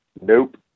Nope